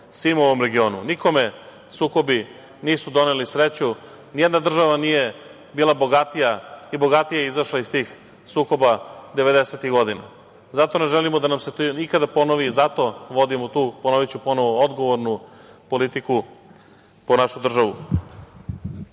svima u ovom regionu. Nikome sukobi nisu doneli sreću, ni jedna država nije bila bogatija i bogatije izašla iz tih sukoba 90-ih godina. Zato ne želimo da nam se to ikada ponovi i zato vodimo tu, ponoviću ponovo, odgovornu politiku po našu državu. Ali,